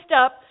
up